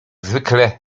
zwykle